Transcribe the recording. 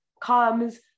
comes